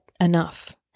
enough